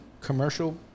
commercial